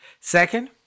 Second